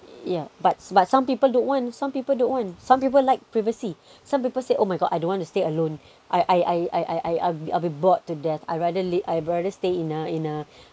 yeah but but some people don't want some people don't want some people like privacy some people say oh my god I don't want to stay alone I I I I I I I'll be bored to death I rather lay~ I rather stay in a in a